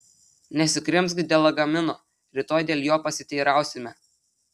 nesikrimsk dėl lagamino rytoj dėl jo pasiteirausime